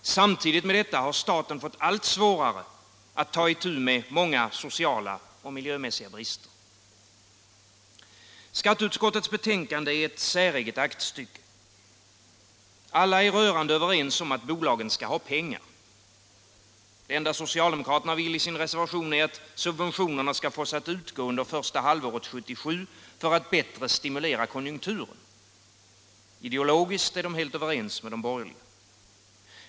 Sam = Nr 92 tidigt med detta har staten fått allt svårare att ta itu med många sociala Onsdagen den och miljömässiga brister. 23 mars 1977 Skatteutskottets betänkande är ett säreget aktstycke. Alla är rörande överens om att bolagen skall ha pengar. Det enda socialdemokraterna — Förlängd tid för vill i sin reservation är att subventionerna skall utgå under första halvåret — särskilt investe 1977 för att bättre stimulera konjunkturen. Ideologiskt är de helt överens = ringsavdrag och med de borgerliga.